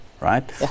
right